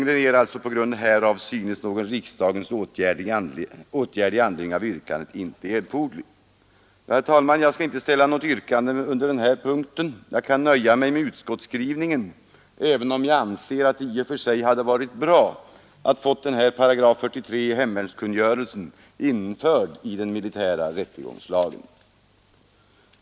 — På grund härav synes någon riksdagens åtgärd i anledning av yrkandet inte erforderlig.” Herr talman! Jag skall inte ställa något yrkande under denna punkt. Jag kan nöja mig med utskottets skrivning, även om jag anser att det i och för sig hade varit bra att få stadgandet i 43 § hemvärnskungörelsen infört i den militära rättegångslagen.